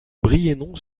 brienon